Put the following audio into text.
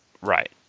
right